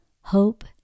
hope